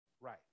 Right